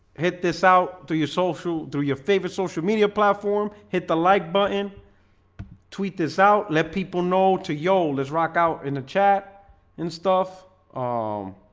hit this out to your social through your favorite social media platform hit the like button tweet this out. let people know yo, let's rock out in the chat and stuff um